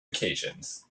occasions